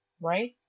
Right